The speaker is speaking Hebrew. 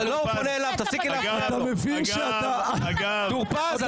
טור פז --- אתה מבין שאתה --- טור פז,